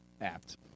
apt